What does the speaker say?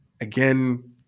Again